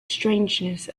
strangeness